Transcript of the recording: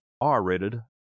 R-rated